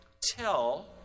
tell